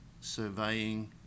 surveying